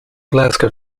glasgow